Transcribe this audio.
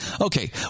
Okay